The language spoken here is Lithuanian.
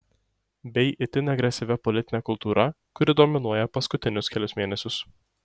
bei itin agresyvia politine kultūra kuri dominuoja paskutinius kelis mėnesius